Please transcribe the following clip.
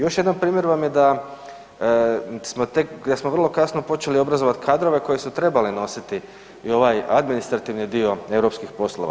Još jedan primjer vam je da smo tek, da smo vrlo kasno počeli obrazovat kadrove koji su trebali nositi i ovaj administrativni dio europskih poslova.